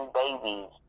babies